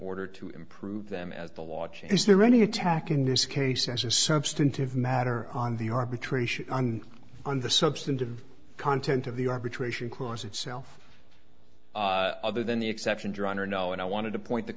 order to improve them as the law is there any attack in this case as a substantive matter on the arbitration on the substantive content of the arbitration clause itself other than the exception drawn or no and i wanted to point the